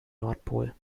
nordpol